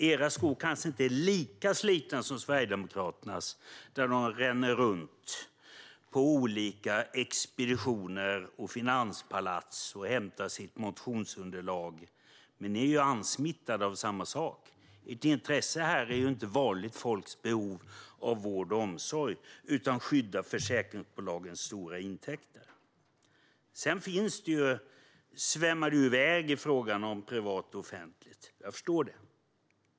Era skor kanske inte är lika slitna som Sverigedemokraternas - de ränner runt på olika expeditioner och i finanspalats och hämtar sitt motionsunderlag. Men ni är smittade av samma sak. Ert intresse här är inte vanligt folks behov av vård och omsorg, utan det är att skydda försäkringsbolagens stora intäkter. Du svävar iväg när det gäller frågan om privat och offentligt, och jag förstår det.